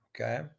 okay